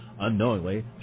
Unknowingly